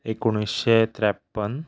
एकुणशे त्रेप्पन